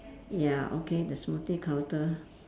ya okay the smoothie counter